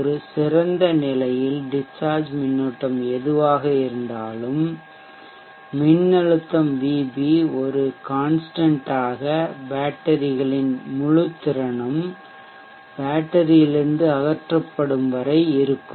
ஒரு சிறந்த நிலையில் டிஷ்சார்ஜ் மின்னோட்டம் எதுவாக இருந்தாலும் மின்னழுத்தம் விபி ஒரு கான்ஷ்டன்ட் மாறிலி ஆக பேட்டரிகளின் முழுத் திறனும் பேட்டரியிலிருந்து அகற்றப்படும் வரை இருக்கும்